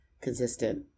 consistent